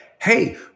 hey